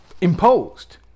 imposed